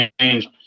change